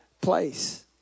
place